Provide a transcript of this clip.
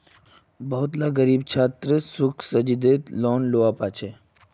बहुत ला ग़रीब छात्रे सुब्सिदिज़ेद लोन लुआ पाछे